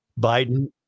Biden